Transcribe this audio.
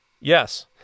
yes